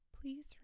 Please